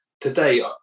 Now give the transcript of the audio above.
today